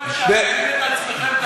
את עצמכם, תגיד?